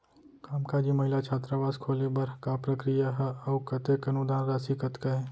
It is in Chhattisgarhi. कामकाजी महिला छात्रावास खोले बर का प्रक्रिया ह अऊ कतेक अनुदान राशि कतका हे?